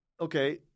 Okay